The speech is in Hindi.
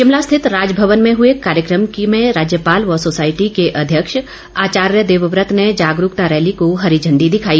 शिमला स्थित राजभवन में हुए एक कार्यक्रम में राज्यपाल व सोसाइटी के अध्यक्ष आचार्य देववत ने जागरूकता रैली को हरी झंडी दिखाई